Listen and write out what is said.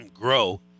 grow